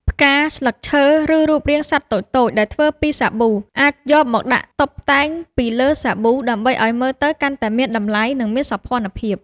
ផ្កា ស្លឹកឈើ ឬរូបរាងសត្វតូចៗដែលធ្វើពីសាប៊ូ អាចយកមកដាក់តុបតែងពីលើសាប៊ូដើម្បីឱ្យវាមើលទៅកាន់តែមានតម្លៃ និងមានសោភ័ណភាព។